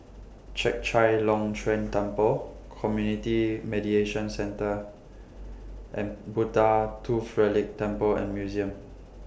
Chek Chai Long Chuen Temple Community Mediation Centre and Buddha Tooth Relic Temple and Museum